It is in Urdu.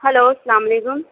ہیلو السلام علیکم